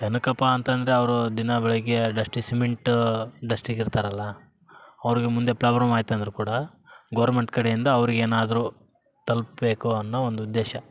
ಏನಕಪ್ಪಾ ಅಂತಂದರೆ ಅವರು ದಿನ ಬೆಳಗ್ಗೆ ಡಸ್ಟಿ ಸಿಮೆಂಟ್ ಡಸ್ಟಿಗೆ ಇರ್ತಾರಲ್ಲ ಅವರಿಗೆ ಮುಂದೆ ಪ್ರಾಬ್ಲಮ್ ಆಯ್ತು ಅಂದರು ಕೂಡ ಗೋರ್ಮೆಂಟ್ ಕಡೆಯಿಂದ ಅವರಿಗೇನಾದ್ರು ತಲುಪ್ಬೇಕು ಅನ್ನೋ ಒಂದು ಉದ್ದೇಶ